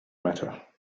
matter